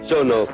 Sono